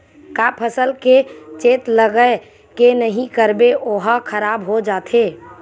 का फसल के चेत लगय के नहीं करबे ओहा खराब हो जाथे?